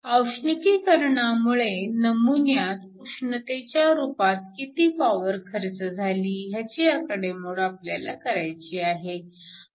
औष्णिकीकरणामुळे नमुन्यात उष्णतेच्या रूपात किती पॉवर खर्च झाली ह्याची आकडेमोड आपल्याला करायची आहे